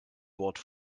wort